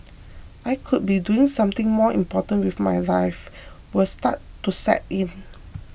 I could be doing something more important with my wife will start to set in